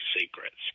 secrets